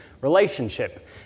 relationship